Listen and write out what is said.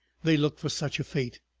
they looked for such a fate.